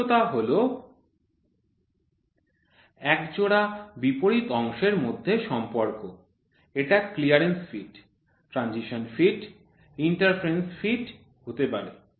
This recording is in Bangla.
উপযুক্ততা হল এক জোড়া বিপরীত অংশের মধ্যে সম্পর্ক এটা clearance fit transition fit interference fit হতে পারে